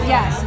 Yes